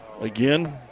again